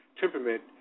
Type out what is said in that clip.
temperament